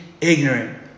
ignorant